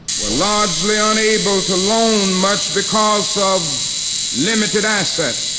were largely unable to loan much because of limited assets